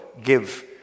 give